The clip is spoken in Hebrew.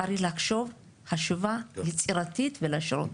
צריך לחשוב חשיבה יצירתית ולהשאיר אותו.